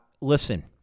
Listen